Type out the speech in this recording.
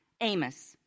Amos